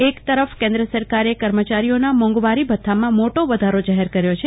એક તરફ કેન્દ્ર સરકારે કર્મચારીઓના મોંઘવારી ભથ્થામાં મોટો વધારો જાહેર કર્યો છે